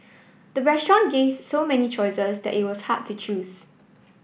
the restaurant gave so many choices that it was hard to choose